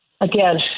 Again